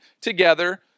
together